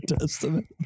Testament